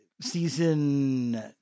Season